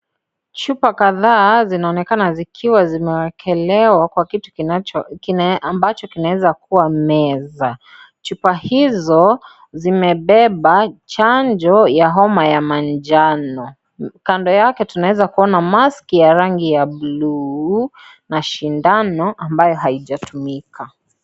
Chupa kadhaa zinaonekana zikiwa zimewekelewa kwa kitu ambacho kinaweza kuwa meza chupa hizo zimebeba chanjo ya homa ya manjano. Kando yake tunaweza kuona maski ya rangi ya bluu na sindano ambayo haijatumika.